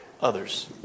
others